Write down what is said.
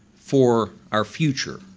for our future,